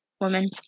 woman